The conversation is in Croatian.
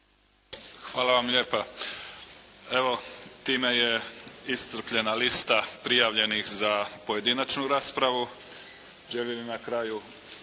Hvala vam lijepa. Evo time je iscrpljena prijavljenih za pojedinačnu raspravu. Želi li na kraju